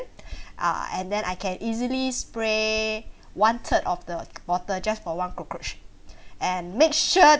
ah and then I can easily spray one third of the bottle just for one cockroach and make sure